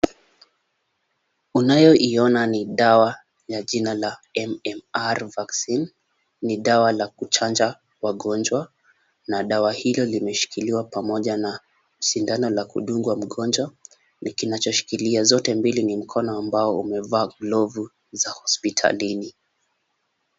Unayoiona ni dawa na ya jina la MMR . Ni dawa la kuchanja wagonjwa na dawa hilo limeshikiliwa pamoja na sindano la kudungwa mgonjwa na kinachoshikilia zote mbili ni mkono ambao umevaa glovu za hospitalini.